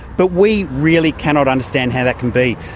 but we really cannot understand how that can be.